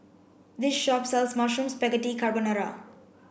this shop sells Mushroom Spaghetti Carbonara